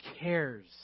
cares